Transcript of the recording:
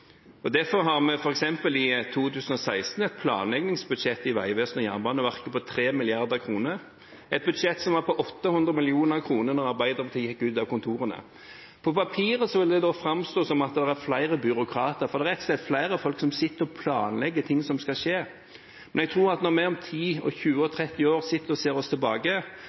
Derfor har vi f.eks. i 2016 et planleggingsbudsjett i Vegvesenet og Jernbaneverket på 3 mrd. kr, et budsjett som var på 800 mill. kr da Arbeiderpartiet gikk ut av kontorene. På papiret vil det framstå som at det er flere byråkrater, for det er rett og slett flere folk som sitter og planlegger ting som skal skje. Men jeg tror at når vi om 10, 20 og 30 år sitter og ser oss tilbake,